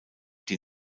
die